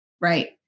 right